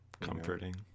comforting